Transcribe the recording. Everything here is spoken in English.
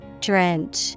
Drench